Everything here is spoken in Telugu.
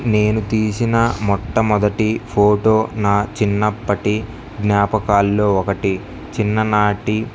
నేను తీసిన మొట్టమొదటి ఫోటో నా చిన్నప్పటి జ్ఞాపకాల్లో ఒకటి చిన్ననాటి